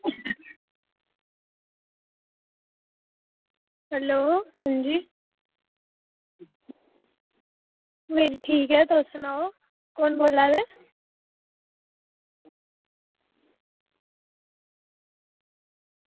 hello अंजी में ठीक आं तुस सनाओ कु'न बोल्ला दे